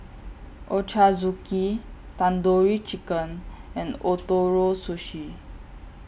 Ochazuke Tandoori Chicken and Ootoro Sushi